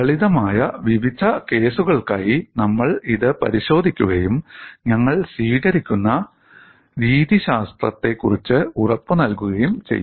ലളിതമായ വിവിധ കേസുകൾക്കായി നമ്മൾ ഇത് പരിശോധിക്കുകയും ഞങ്ങൾ സ്വീകരിക്കുന്ന രീതിശാസ്ത്രത്തെക്കുറിച്ച് ഉറപ്പുനൽകുകയും ചെയ്യും